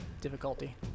difficulty